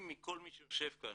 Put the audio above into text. אם כל מי שיושב כאן,